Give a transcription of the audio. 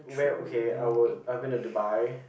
well okay I would I've been to Dubai